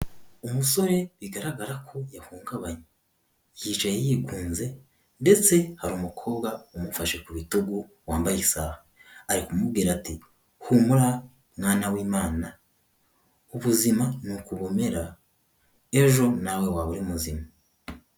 Umusore bigaragara ko yahungabanye, yicaye yigunze ndetse hari umukobwa umufashe ku bitugu wambaye isaha, ari kumubwira ati "humura mwana w'Imana, ubuzima ni uku ubumera, yewe ejo nawe waba uri muzima".